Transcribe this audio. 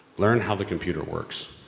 learn how the computer works.